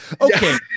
Okay